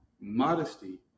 Modesty